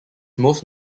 most